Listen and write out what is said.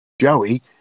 Joey